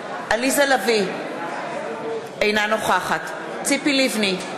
לביא, אינה נוכחת ציפי לבני,